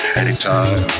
anytime